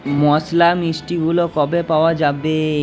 মশলা মিষ্টিগুলো কবে পাওয়া যাবে